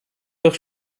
durch